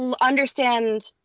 understand